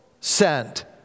sent